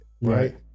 right